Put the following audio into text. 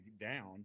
down